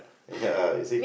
ya you see